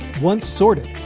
once sorted,